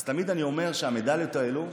אז תמיד אני אומר שהמדליות האלה,